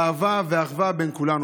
אהבה ואחווה בין כולנו,